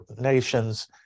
Nations